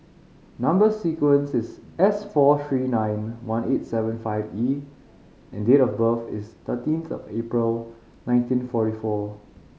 number sequence is S four three nine one eight seven five E and date of birth is thirteen April nineteen forty four